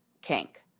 kink